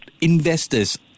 investors